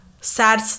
sad